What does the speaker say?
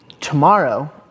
tomorrow